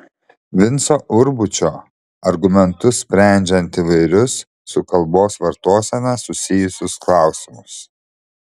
vinco urbučio argumentus sprendžiant įvairius su kalbos vartosena susijusius klausimus